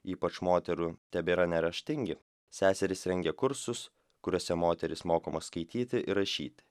ypač moterų tebėra neraštingi seserys rengė kursus kuriuose moterys mokomos skaityti ir rašyti